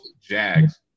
Jags